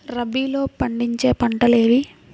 రబీలో పండించే పంటలు ఏవి?